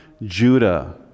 Judah